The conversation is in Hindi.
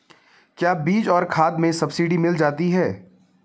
क्या बीज और खाद में सब्सिडी मिल जाती है?